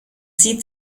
zieht